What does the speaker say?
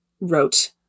wrote